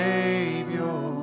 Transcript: Savior